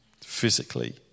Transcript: physically